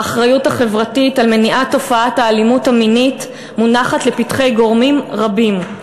האחריות החברתית למניעת תופעת האלימות המינית מונחת לפתחי גורמים רבים.